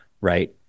right